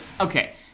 Okay